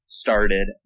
started